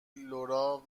لورا